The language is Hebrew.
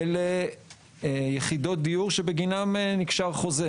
אלה יחידות דיור שבגינן נקשר חוזה.